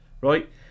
right